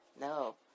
No